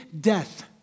death